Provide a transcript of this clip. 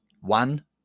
one